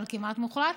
אבל כמעט מוחלט,